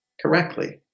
correctly